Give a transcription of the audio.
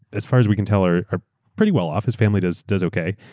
as far as we can tell, are are pretty well-off. his family does does okay.